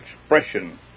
expression